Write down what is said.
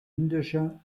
indischer